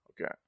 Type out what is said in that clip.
Okay